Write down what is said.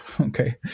Okay